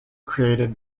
created